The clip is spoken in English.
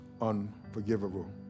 unforgivable